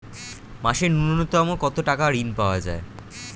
মাসে নূন্যতম কত টাকা ঋণ পাওয়া য়ায়?